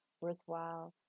worthwhile